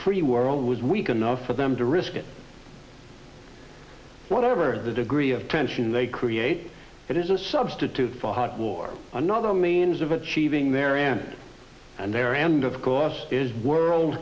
free world was weak enough for them to risk it whatever the degree of tension they create it is a substitute for hot war another means of achieving their end and there and of course is world